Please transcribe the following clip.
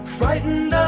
frightened